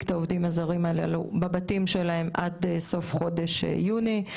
את העובדים הזרים הללו בבתים שלהם עד סוף חודש יוני.